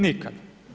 Nikad.